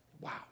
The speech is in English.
Wow